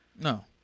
No